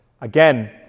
Again